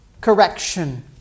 correction